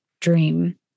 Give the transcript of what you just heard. dream